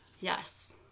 Yes